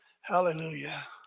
hallelujah